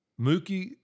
Mookie